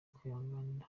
kwihangana